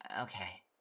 okay